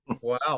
Wow